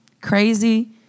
crazy